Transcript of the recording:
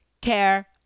care